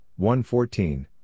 1-14